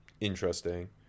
interesting